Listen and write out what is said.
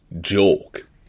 joke